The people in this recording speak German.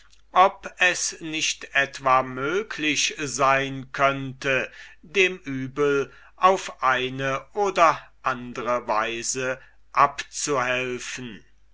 ob es nicht etwa möglich sein könnte dem übel auf eine oder andre weise abzuhelfen